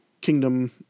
kingdom